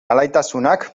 alaitasunak